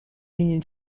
union